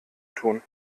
tun